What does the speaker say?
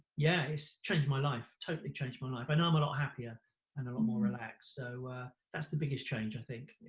yeah, it's changed my life, totally changed my life. i know i'm a lot happier and a lot more relaxed, so that's the biggest change, i think.